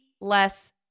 less